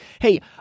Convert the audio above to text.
hey